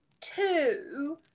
two